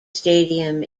stadium